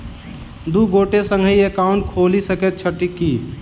दु गोटे संगहि एकाउन्ट खोलि सकैत छथि की?